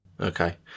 Okay